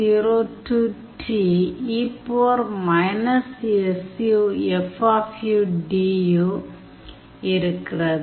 இருக்கிறது